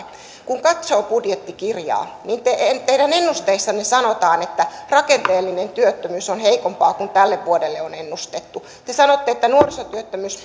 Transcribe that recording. kun katsoo budjettikirjaa niin teidän ennusteissanne sanotaan että rakenteellinen työttömyys on heikompaa kuin tälle vuodelle on ennustettu te sanotte että nuorisotyöttömyys